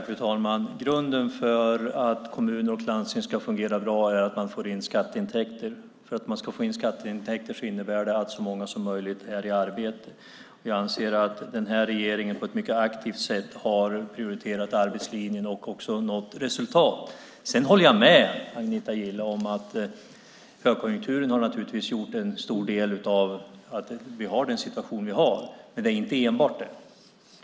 Fru talman! Grunden för att kommuner och landsting ska fungera bra är att man får in skatteintäkter. För att man ska få in skatteintäkter måste så många som möjligt vara i arbete. Jag anser att den här regeringen på ett mycket aktivt sätt har prioriterat arbetslinjen och också nått resultat. Jag håller med Agneta Gille om att högkonjunkturen naturligtvis till stor del har bidragit till den situation vi har. Men det är inte enbart det.